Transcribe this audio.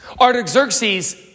Artaxerxes